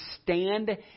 stand